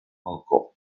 falcó